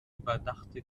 überdachte